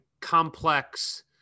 complex